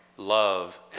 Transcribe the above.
Love